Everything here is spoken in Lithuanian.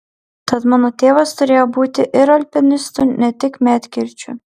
tad mano tėvas turėjo būti ir alpinistu ne tik medkirčiu